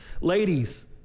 Ladies